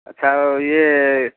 ଆଚ୍ଛା ଆଉ ଇଏ